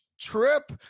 trip